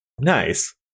Nice